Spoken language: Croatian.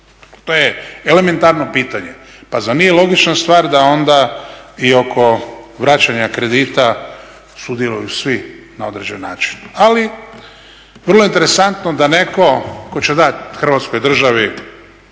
To je elementarno pitanje. Pa zar nije logična stvar da onda i oko vraćanja kredita sudjeluju svi na određeni način. Ali vrlo je interesantno da netko tko će dat Hrvatskoj državi